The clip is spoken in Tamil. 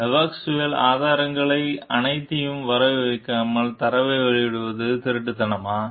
டெபாஸ்குவேல் ஆதாரங்கள் அனைத்தையும் வரவு வைக்காமல் தரவை வெளியிடுவது திருட்டுத்தனமா